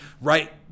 Right